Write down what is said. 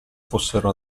fossero